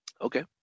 Okay